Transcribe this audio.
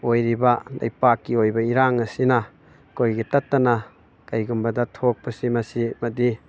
ꯑꯣꯏꯔꯤꯕ ꯂꯩꯄꯥꯛꯀꯤ ꯑꯣꯏꯕ ꯏꯔꯥꯡ ꯑꯁꯤꯅ ꯑꯩꯈꯣꯏꯒꯤ ꯇꯠꯇꯅ ꯀꯔꯤꯒꯨꯝꯕꯗ ꯊꯣꯛꯄꯁꯤ ꯃꯁꯤ ꯑꯃꯗꯤ